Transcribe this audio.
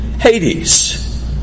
Hades